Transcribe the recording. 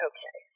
Okay